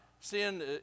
sin